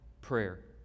prayer